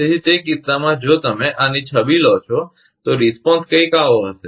તેથી તે કિસ્સામાં જો તમે આની છબી લો છો તો પ્રતિસાદ કંઈક આવો હશે